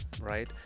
right